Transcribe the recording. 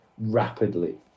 rapidly